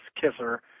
kisser